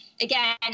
again